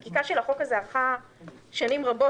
בזמנו החקיקה של החוק ארכה שנים רבות